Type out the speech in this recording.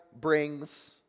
brings